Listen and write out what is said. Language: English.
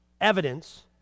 evidence